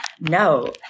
No